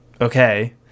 okay